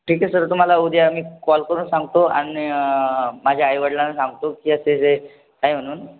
ठीक आहे सर तुम्हाला उद्या मी कॉल करून सांगतो आणि माझ्या आईवडिलांना सांगतो की असे जे आहे म्हणून